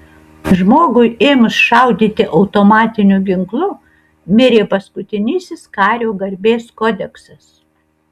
žmogui ėmus šaudyti automatiniu ginklu mirė paskutinysis kario garbės kodeksas